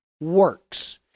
works